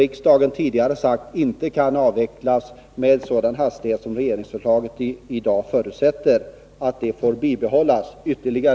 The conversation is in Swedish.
Riksdagen har ju tidigare sagt att det inte får avvecklas med den hastighet som regeringen nu föreslår.